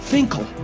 Finkel